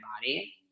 body